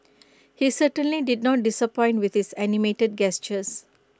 he certainly did not disappoint with his animated gestures